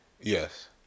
Yes